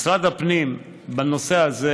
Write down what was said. משרד הפנים בנושא הזה